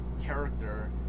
character